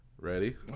Ready